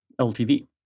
LTV